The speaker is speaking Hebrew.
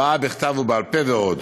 הבעה בכתב ובעל-פה ועוד.